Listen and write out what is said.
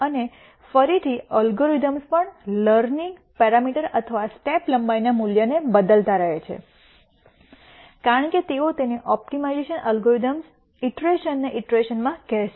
અને ફરીથી આ અલ્ગોરિધમ્સ પણ લર્નિંગ પેરામીટર અથવા સ્ટેપ લંબાઈના મૂલ્યને બદલતા રહે છે કારણ કે તેઓ તેને ઓપ્ટિમાઇઝેશન એલ્ગોરિધમ્સ ઇટરેશનને ઇટરેશનમાં કહેશે